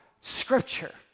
Scripture